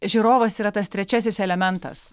žiūrovas yra tas trečiasis elementas